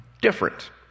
different